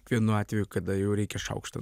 vienu atveju kada jau reikia šaukštą